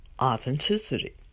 authenticity